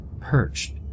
perched